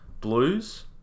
Blues